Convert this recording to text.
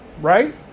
right